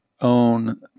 own